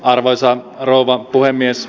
arvoisa rouva puhemies